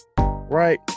Right